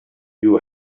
you